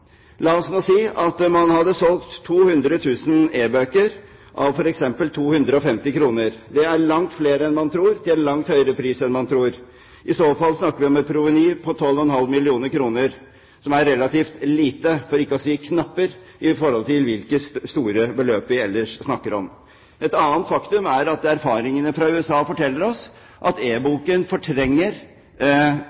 La oss nå si at man hadde solgt 200 000 e-bøker à f.eks. 250 kr. Det er langt flere enn man tror, til en langt høyere pris enn man tror. I så fall snakker vi om et proveny på 12,5 mill. kr, som er relativt lite, for ikke å si «knapper», i forhold til hvilke store beløp vi ellers snakker om. Et annet faktum er at erfaringene fra USA forteller oss at